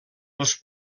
les